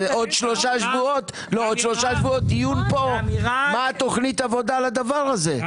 עוד שלושה שבועות דיון פה מה תוכנית העבודה על הדבר הזה,